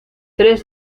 tres